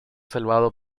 salvado